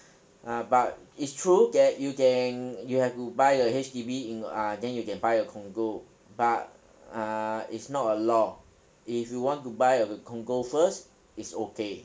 uh but it's true that you can you have to buy a H_D_B in or~ ah then you can buy a condo but uh it's not a law if you want to buy a condo first it's okay